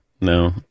no